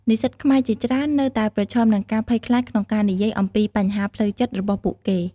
និស្សិតខ្មែរជាច្រើននៅតែប្រឈមនឹងការភ័យខ្លាចក្នុងការនិយាយអំពីបញ្ហាផ្លូវចិត្តរបស់ពួកគេ។